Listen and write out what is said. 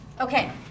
okay